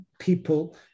people